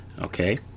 okay